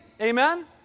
Amen